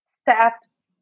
steps